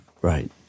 Right